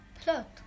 Plot